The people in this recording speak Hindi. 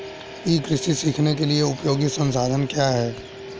ई कृषि सीखने के लिए उपयोगी संसाधन क्या हैं?